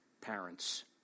parents